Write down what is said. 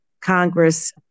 Congress